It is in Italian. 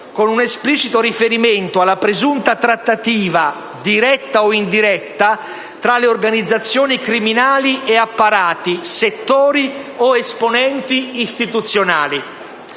con un esplicito riferimento alla presunta trattativa, diretta o indiretta, tra le organizzazioni criminali e apparati, settori o esponenti istituzionali.